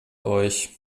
euch